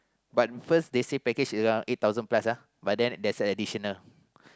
but first they say package is around eight thousand plus ah but then there's a additional